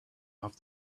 off